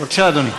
בבקשה, אדוני.